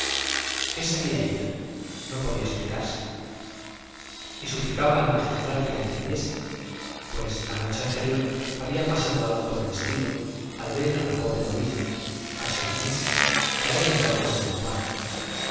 qué sabía ella no podía explicarse y suplicaba al magistral que la entendiese pues la noche anterior había pasado algo por el estilo al ver a la pobre novicia a sor inés caer en brazos de don juan